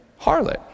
harlot